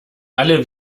alle